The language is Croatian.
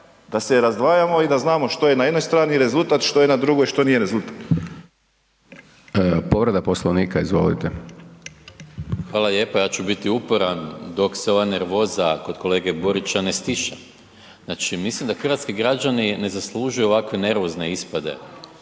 da se razdvajamo i da znamo što je na jednoj strani rezultat, što je na drugoj, što nije rezultat. **Hajdaš Dončić, Siniša (SDP)** Povreda Poslovnika, izvolite. **Maras, Gordan (SDP)** Hvala lijepa. Ja ću biti uporan, dok se ova nervoza kod kolege Borića ne stiša. Znači, mislim da hrvatski građani ne zaslužuju ovakve nervozne ispade